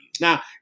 Now